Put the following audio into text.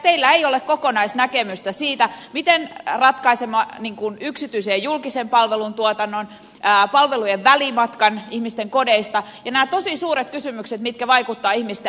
teillä ei ole kokonaisnäkemystä siitä miten ratkaisemme yksityisen ja julkisen palvelutuotannon palvelujen välimatkan ihmisten kodeista ja nämä tosi suuret kysymykset jotka vaikuttavat ihmisten arkeen